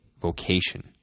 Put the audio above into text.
vocation